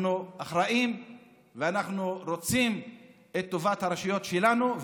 אנחנו אחראים ואנחנו רוצים את טובת הרשויות שלנו,